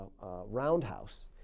roundhouse